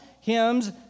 hymns